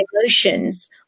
emotions